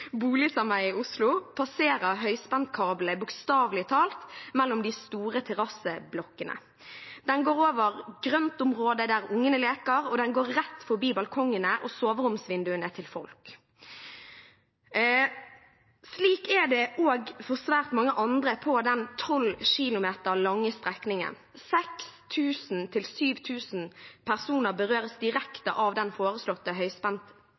boligsameie i Oslo passerer høyspentkabelen bokstavelig talt mellom de store terrasseblokkene. Den går over grøntområder der ungene leker, og den går rett forbi balkongene og soveromsvinduene til folk. Slik er det også for svært mange andre på den 12 km lange strekningen. 6 000–7 000 personer berøres direkte av den foreslåtte